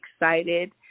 excited